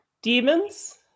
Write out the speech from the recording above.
Demons